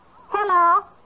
Hello